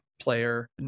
player